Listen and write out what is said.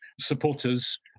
supporters